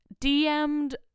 DM'd